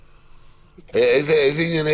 איזה ענייני חקיקה?